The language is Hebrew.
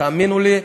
תאמינו לי,